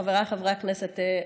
חבריי חברי הכנסת,